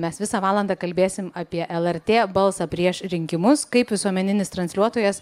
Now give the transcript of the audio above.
mes visą valandą kalbėsim apie lrt balsą prieš rinkimus kaip visuomeninis transliuotojas